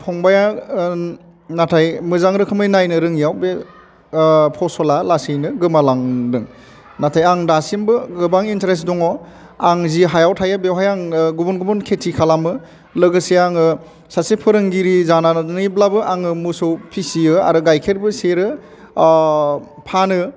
फंबाइआ नाथाय मोजां रोखोमै नायनो रोङैआव बे फसला लासैनो गोमालांदों नाथाय आं दासिमबो गोबां इन्टारेस्त दङ आं जि हायाव थायो बेवहाय आङो गुबुन गुबुन खेथि खालामो लोगोसे आङो सासे फोरोंगिरि जानानैब्लाबो आङो मोसौ फिसियो आरो गाइखेरबो सेरो फानो